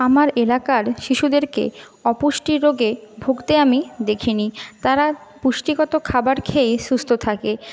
আমার এলাকার শিশুদেরকে অপুষ্টি রোগে ভুগতে আমি দেখি নি তারা পুষ্টিগত খাবার খেয়েই সুস্থ থাকে